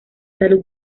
salud